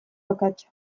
akatsa